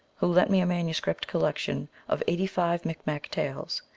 who lent me a manuscript collection of eighty-five micmac tales,